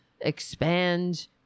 expand